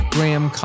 Graham